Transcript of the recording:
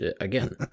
again